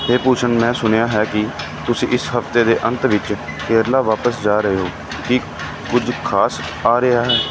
ਹੇ ਭੂਸ਼ਣ ਮੈਂ ਸੁਣਿਆ ਹੈ ਕਿ ਤੁਸੀਂ ਇਸ ਹਫ਼ਤੇ ਦੇ ਅੰਤ ਵਿੱਚ ਕੇਰਲਾ ਵਾਪਿਸ ਜਾ ਰਹੇ ਹੋ ਕੀ ਕੁਝ ਖ਼ਾਸ ਆ ਰਿਹਾ ਹੈ